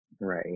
Right